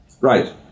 Right